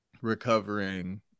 recovering